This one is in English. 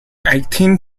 eighteen